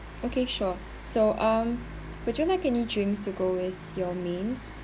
okay sure so um would you like any drinks to go with your mains